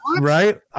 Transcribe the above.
Right